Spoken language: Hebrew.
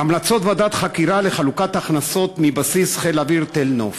המלצות ועדת החקירה לחלוקת הכנסות מבסיס חיל האוויר תל-נוף,